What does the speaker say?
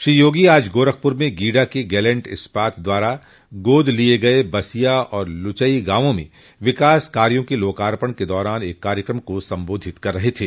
श्री योगी आज गोरखपुर में गीडा के गैलेंट इस्पात द्वारा गोद लिए गये बसिया और लुचई गांवों में विकास कार्यों के लोकार्पण के दौरान एक कार्यकम को संबोधित कर रहे थे